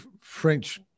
French